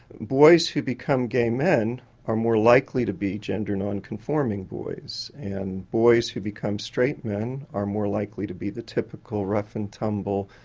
boys who become gay men are more likely to be gender non-conforming boys and boys who become straight men are more likely to be the typical rough and tumble,